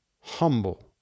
humble